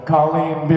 Colleen